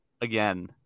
again